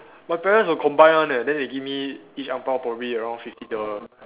my parents will combine one eh then they give me each ang-bao probably around fifty dollars